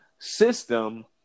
system